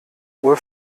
uhr